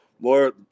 more